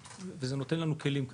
וזה נותן לנו את הכלים.